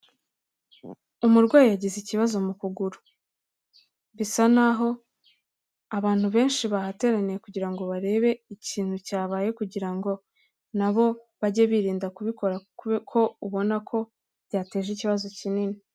umurwayi yagize ikibazo mu kuguru, bisa n'aho abantu benshi bahateraniye kugira ngo barebe ikintu cyabaye kugira ngo nabo bajye birinda kubikora kuko ubona ko byateje ikibazo kinini.